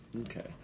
okay